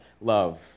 love